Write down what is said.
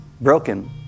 broken